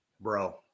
bro